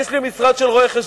יש לי משרד של רואי-חשבון.